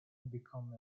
become